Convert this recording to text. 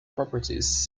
properties